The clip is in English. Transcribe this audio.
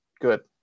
good